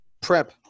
prep